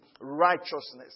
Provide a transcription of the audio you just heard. righteousness